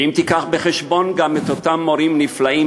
ואם תיקח בחשבון שגם אותם מורים נפלאים